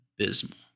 abysmal